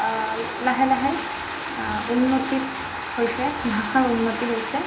লাহে লাহে উন্নতিত হৈছে ভাষাৰ উন্নতি হৈছে